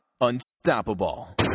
Unstoppable